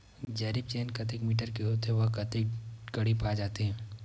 जरीब चेन कतेक मीटर के होथे व कतेक कडी पाए जाथे?